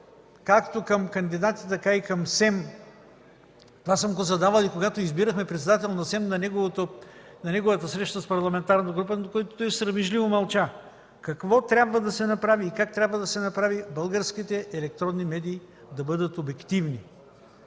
както към кандидатите, така и към СЕМ. Това съм го задавал и когато избирахме председател на СЕМ на неговата среща с парламентарната група, на която той срамежливо мълча. Какво трябва да се направи, как трябва да се направи, за да бъдат обективни